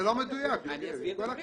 זה לא מה שנאמר על ידי המנכ"ל.